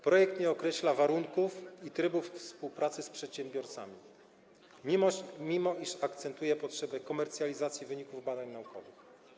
Projekt nie określa warunków ani trybów współpracy z przedsiębiorcami, mimo iż akcentuje potrzeby komercjalizacji wyników badań naukowych.